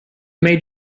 made